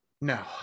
no